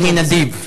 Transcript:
אני נדיב.